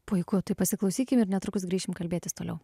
puiku tai pasiklausykim ir netrukus grįšim kalbėtis toliau